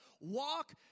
walk